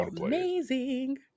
amazing